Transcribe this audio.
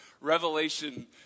Revelation